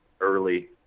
early